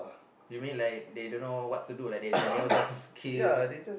you mean like they dunno what to do like they anyhow just kill